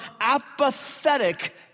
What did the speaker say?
apathetic